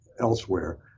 elsewhere